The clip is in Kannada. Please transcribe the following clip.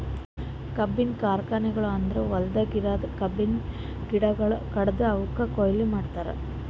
ಕಬ್ಬಿನ ಕಾರ್ಖಾನೆಗೊಳ್ ಅಂದುರ್ ಹೊಲ್ದಾಗ್ ಇರದ್ ಕಬ್ಬಿನ ಗಿಡಗೊಳ್ ಕಡ್ದು ಅವುಕ್ ಕೊಯ್ಲಿ ಮಾಡ್ತಾರ್